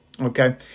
okay